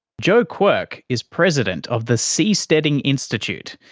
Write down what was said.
joe quirk is president of the seasteading institute,